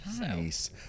Nice